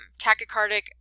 tachycardic